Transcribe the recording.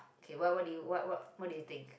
okay what what do you what what what do you think